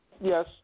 Yes